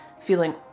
feeling